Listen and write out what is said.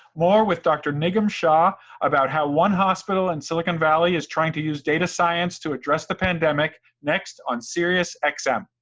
more with dr. nigam shah about how one hospital in silicon valley is trying to use data science to address the pandemic, next on siriusxm. um